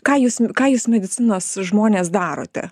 ką jūs ką jūs medicinos žmonės darote